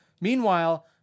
Meanwhile